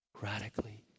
Radically